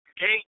Okay